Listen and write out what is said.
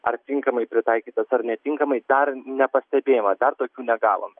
ar tinkamai pritaikytas ar netinkamai dar nepastebėjome dar tokių negavome